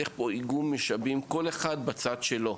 צריך איגום משאבים, כל אחד בצד שלו.